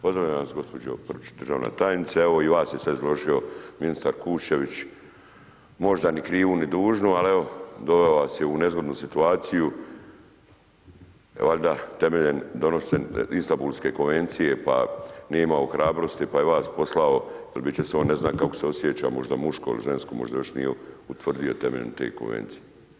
Pozdravljam vas gospođo Prpić, državna tajnice, evo i vas je sad izložio ministar Kuščević, možda ni krivu ni dužnu ali evo doveo vas je u nezgodnu situaciju, valjda temeljem donošenja Istanbulske konvencije, pa nije imao hrabrosti pa je vas poslao, jer biti će on ne zna kako se osjeća, možda muško ili žensko, možda još nije utvrdio temeljem te Konvencije.